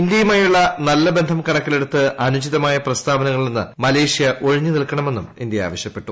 ഇന്ത്യയുമായുള്ള നല്ല ബന്ധം കുണ്ക്കിലെടുത്ത് അനുചിതമായ പ്രസ്താവനകളിൽ നിന്ന് മുല്ലേഷ്യ ഒഴിഞ്ഞ് നിൽക്കണമെന്നും ഇന്ത്യ ആവശ്യപ്പെട്ടു